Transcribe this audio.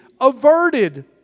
averted